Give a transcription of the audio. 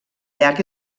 llac